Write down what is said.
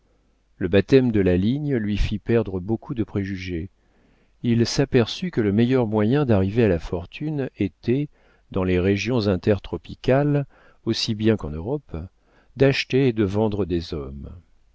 le baptême de la ligne lui fit perdre beaucoup de préjugés il s'aperçut que le meilleur moyen d'arriver à la fortune était dans les régions intertropicales aussi bien qu'en europe d'acheter et de vendre des hommes